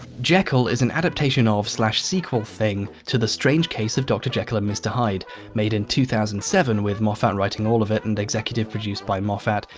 jekyll is an adaptation of sequel thing to the strange case of dr. jekyll and mr. hyde made in two thousand and seven with moffat writing all of it and executive produced by moffat,